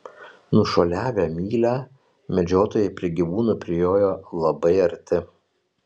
nušuoliavę mylią medžiotojai prie gyvūnų prijojo labai arti